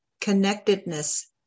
connectedness